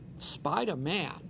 Spider-Man